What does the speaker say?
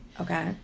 Okay